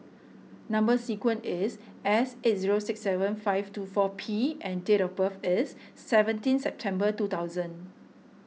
Number Sequence is S eight zero six seven five two four P and date of birth is seventeen September two thousand